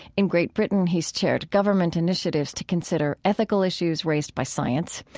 in great britain, he's chaired government initiatives to consider ethical issues raised by science.